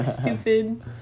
Stupid